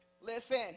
Listen